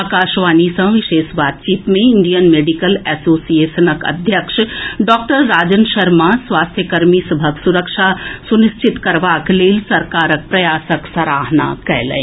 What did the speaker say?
आकाशवाणी सँ विशेष बातचीत मे इंडियन मेडिकल एसोसिएशनक अध्यक्ष डॉक्टर राजन शर्मा स्वास्थ्य कर्मी सभक सुरक्षा सुनिश्चित करबाक लेल सरकार प्रयासक सराहना कएलनि